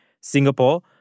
Singapore